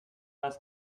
dass